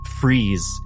freeze